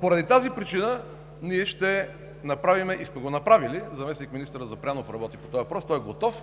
Поради тази причина ние ще направим – и сме го направили, заместник-министър Запрянов работи по този въпрос, той е готов